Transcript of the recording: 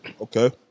Okay